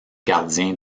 gardiens